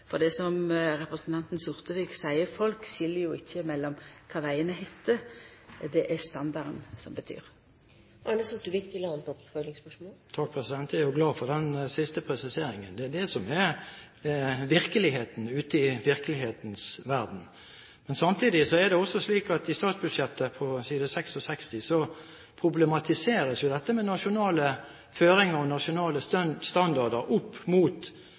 for det er som representanten Sortevik seier: Folk skil ikkje mellom kva vegane heiter, det er standarden som betyr noko. Jeg er glad for den siste presiseringen. Det er det som er virkeligheten ute i verden. Samtidig er det også slik at i statsbudsjettet på side 66 problematiseres dette med nasjonale føringer og nasjonale standarder opp mot